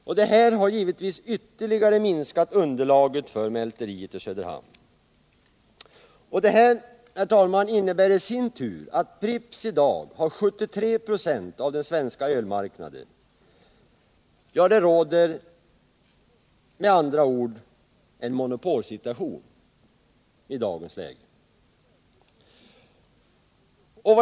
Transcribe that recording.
Det inträffade har givetvis ytterligare minskat :underlaget för mälteriet i Söderhamn. Det innebär också att Pripps i dag har 73 96 av den svenska ölmarknaden. Det råder med andra ord en monopolsituation i dagens läge.